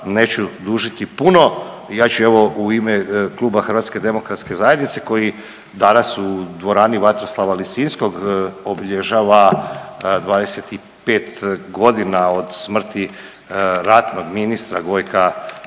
Neću dužiti puno. I ja ću evo u ime kluba Hrvatske demokratske zajednice koji danas u dvorani Vatroslava Lisinskog obilježava 25 godina od smrti ratnog ministra Gojka